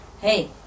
Hey